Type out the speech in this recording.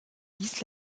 dies